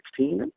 2016